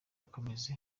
akomeje